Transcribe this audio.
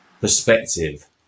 perspective